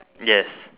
yes